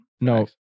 no